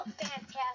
fantastic